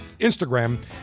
Instagram